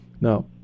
Now